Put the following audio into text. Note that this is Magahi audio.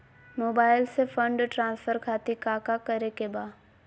मोबाइल से फंड ट्रांसफर खातिर काका करे के बा?